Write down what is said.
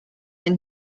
end